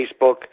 Facebook